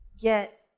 get